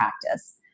practice